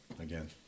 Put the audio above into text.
again